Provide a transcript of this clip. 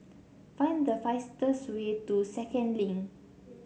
find the fastest way to Second Link